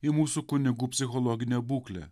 į mūsų kunigų psichologinę būklę